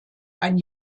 ein